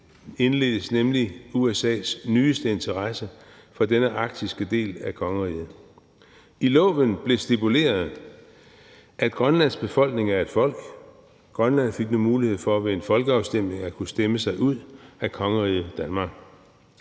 indledtes nemlig USA's nyeste interesse for denne arktiske del af kongeriget. I loven blev det stipuleret, at Grønlands befolkning er et folk; Grønland fik nu mulighed for ved en folkeafstemning at kunne stemme sig ud af kongeriget Danmark.